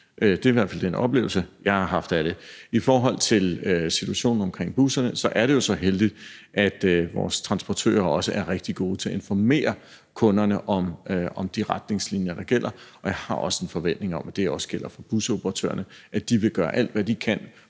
Det er i hvert fald den oplevelse, jeg har haft af det. I forhold til situationen omkring busserne er det jo så heldigt, at vores transportører også er rigtig gode til at informere kunderne om de retningslinjer, der gælder. Jeg har også en forventning om, at det også gælder for busoperatørerne, altså at de vil gøre alt, hvad de kan,